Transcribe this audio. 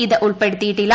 ഇത് ഉൾപ്പെടുത്തിയിട്ടില്ല